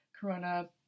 corona